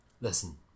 listen